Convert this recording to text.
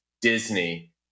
Disney